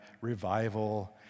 revival